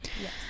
Yes